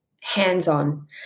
hands-on